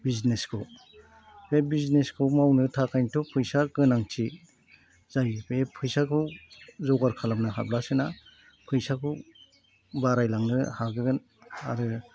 बिजनेसखौ बे बिजनेसखौ मावनो थाखायनोथ' फैसा गोनांथि जायो बे फैसाखौ जगार खालामनो हाब्लासोना फैसाखौ बारायलांनो हागोन आरो